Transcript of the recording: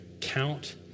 count